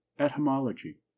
Etymology